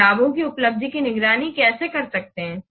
हम लाभों की उपलब्धियों की निगरानी कैसे कर सकते हैं